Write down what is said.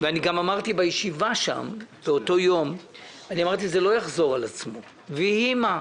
אמרתי בישיבה באותו היום שזה לא יחזור על עצמו ויהי מה,